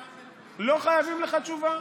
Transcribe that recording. מנדלבליט, לא חייבים לך תשובה.